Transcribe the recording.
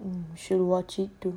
I should watch it too